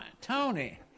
Tony